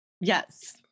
Yes